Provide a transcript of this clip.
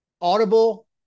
Audible